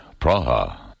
Praha